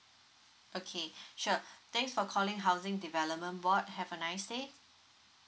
okay sure thanks for calling housing development board have a nice day